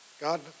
God